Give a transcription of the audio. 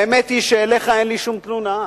האמת היא שאליך אין לי שום תלונה,